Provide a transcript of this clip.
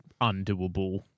undoable